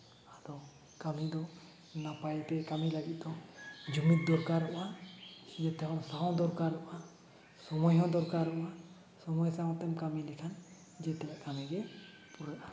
ᱟᱫᱚ ᱠᱟᱹᱢᱤ ᱫᱚ ᱱᱟᱯᱟᱭ ᱛᱮ ᱠᱟᱹᱢᱤ ᱞᱟᱹᱜᱤᱫ ᱫᱚ ᱡᱩᱢᱤᱫ ᱫᱚᱨᱠᱟᱨᱚᱜᱼᱟ ᱡᱮᱛᱮ ᱦᱚᱲ ᱥᱟᱶ ᱫᱚᱨᱠᱟᱨᱚᱜᱼᱟ ᱥᱚᱢᱚᱭ ᱫᱚᱨᱠᱟᱨᱚᱜᱼᱟ ᱥᱚᱢᱚᱭ ᱥᱟᱶ ᱛᱮᱢ ᱠᱟᱹᱢᱤ ᱞᱮᱠᱷᱟᱱ ᱡᱮᱛᱮᱭᱟᱜ ᱠᱟᱹᱢᱤᱜᱮ ᱯᱩᱨᱟᱹᱜᱼᱟ